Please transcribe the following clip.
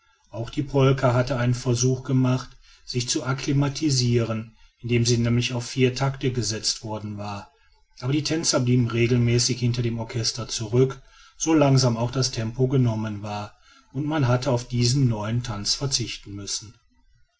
auch die polka hatte einen versuch gemacht sich zu acclimatisiren indem sie nämlich auf vier tacte gesetzt worden war aber die tänzer blieben regelmäßig hinter dem orchester zurück so langsam auch das tempo genommen war und man hatte auf diesen neuen tanz verzichten müssen